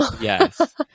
Yes